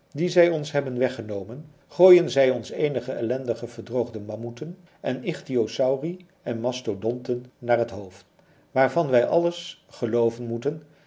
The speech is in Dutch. die zij ons hebben weggenomen gooien zij ons eenige ellendige verdroogde mammouthen en ichthyosauri en mastodonten naar het hoofd waarvan wij àlles gelooven moeten